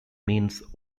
means